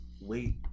wait